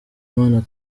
imana